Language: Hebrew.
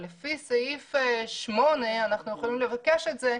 אבל לפי סעיף 8 אנחנו יכולים לבקש את זה,